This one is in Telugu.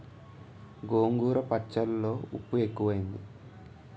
గోంగూర పచ్చళ్ళో ఉప్పు ఎక్కువైంది